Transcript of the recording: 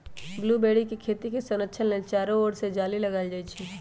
blueberry के खेती के संरक्षण लेल चारो ओर से जाली लगाएल जाइ छै